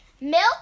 Milk